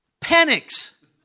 panics